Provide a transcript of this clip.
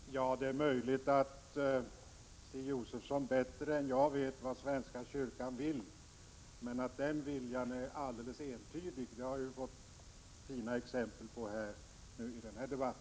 Fru talman! Det är möjligt att Stig Josefson bättre än jag vet vad svenska kyrkan vill, men att den viljan är alldeles entydig har jag fått fina exempel på tidigare i denna debatt.